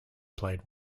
played